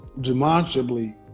demonstrably